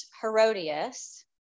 Herodias